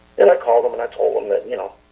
and i called him and i told him that you know,